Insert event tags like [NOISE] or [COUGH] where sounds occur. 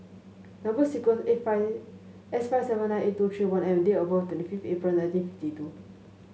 number sequence is [UNINTELLIGIBLE] S five seven nine eight two three one M and date of birth twenty fifth April nineteen fifty two